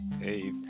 Hey